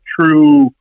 true